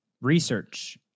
research